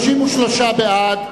33 בעד,